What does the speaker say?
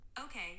Okay